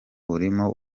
burimo